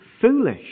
foolish